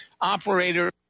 operator